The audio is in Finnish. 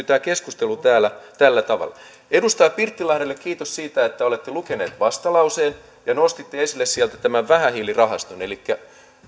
tämä keskustelu sävyttyy täällä tällä tavalla edustaja pirttilahdelle kiitos siitä että olette lukenut vastalauseen ja nostitte esille sieltä tämän vähähiilirahaston